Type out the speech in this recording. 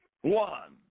one